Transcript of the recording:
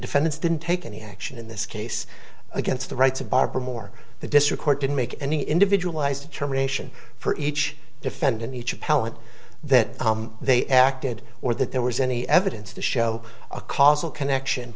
defendants didn't take any action in this case against the rights of barbara moore the district court didn't make any individual determination for each defendant each appellant that they acted or that there was any evidence to show a causal connection